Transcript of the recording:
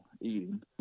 eating